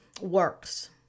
works